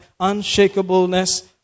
Unshakableness